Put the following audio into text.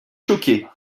choqué